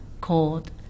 called